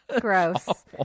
Gross